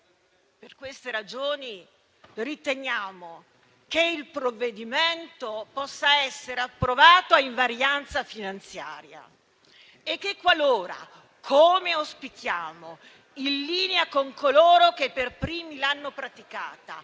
Per queste ragioni, riteniamo che il provvedimento possa essere approvato a invarianza finanziaria e che, qualora, come auspichiamo, in linea con coloro che per primi l'hanno praticata,